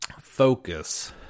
focus